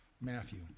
Matthew